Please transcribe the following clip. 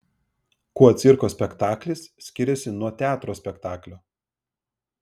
kuo cirko spektaklis skiriasi nuo teatro spektaklio